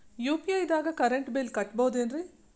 UPI ದಾಗ current bill ಕಟ್ಟಬಹುದೇನ್ರಿ?